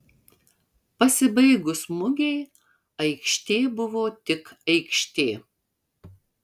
pasibaigus mugei aikštė buvo tik aikštė